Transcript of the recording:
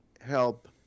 help